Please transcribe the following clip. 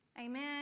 Amen